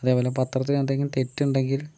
അതേപോലെ പത്രത്തിൽ എന്തെങ്കിലും തെറ്റുണ്ടെങ്കിൽ